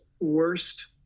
worst